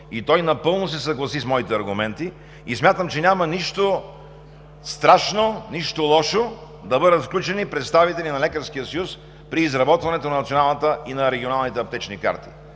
Той напълно се съгласи с моите аргументи и смятам, че няма нищо страшно, нищо лошо да бъдат включени представители на Лекарския съюз при изработването на Националната и на регионалните аптечни карти,